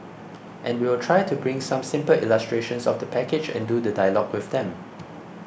and we will try to bring some simple illustrations of the package and do the dialogue with them